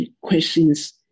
questions